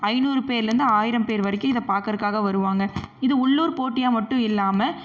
ஐநூறு பேர்லேருந்து ஆயிரம் பேர் வரைக்கும் இதை பார்க்கறக்காக வருவாங்க இது உள்ளூர் போட்டியாக மட்டும் இல்லாமல்